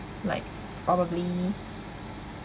like probably